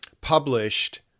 published